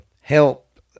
help